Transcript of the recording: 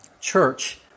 Church